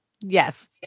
Yes